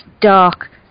dark